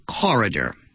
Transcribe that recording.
Corridor